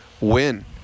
win